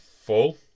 full